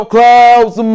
Clouds